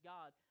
God